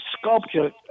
sculpture